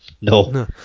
No